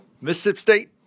Mississippi